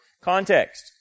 context